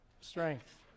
strength